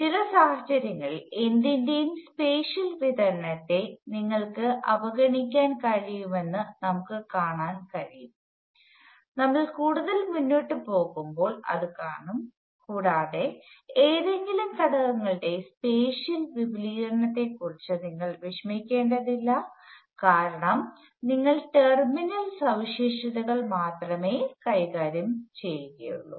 ചില സാഹചര്യങ്ങളിൽ എന്തിന്റെയും സ്പേഷ്യൽ വിതരണത്തെ നിങ്ങൾക്ക് അവഗണിക്കാൻ കഴിയുമെന്ന് നമ്മുക് കാണാൻ സാധിക്കും നമ്മൾ കൂടുതൽ മുന്നോട്ട് പോകുമ്പോൾ അത് കാണും കൂടാതെ ഏതെങ്കിലും ഘടകങ്ങളുടെ സ്പേഷ്യൽ വിപുലീകരണത്തെക്കുറിച്ച് നിങ്ങൾ വിഷമിക്കേണ്ടതില്ല കാരണം നിങ്ങൾ ടെർമിനൽ സവിശേഷതകൾ മാത്രമേ കൈകാര്യം ചെയ്യുകയുള്ളൂ